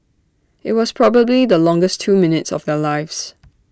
IT was probably the longest two minutes of their lives